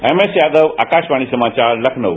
M S Yadav Akashvani समाचार लखनऊ